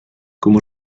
como